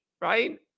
right